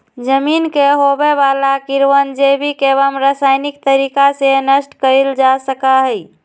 जमीन में होवे वाला कीड़वन जैविक एवं रसायनिक तरीका से नष्ट कइल जा सका हई